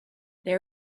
they